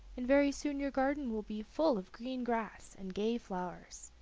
and very soon your garden will be full of green grass and gay flowers,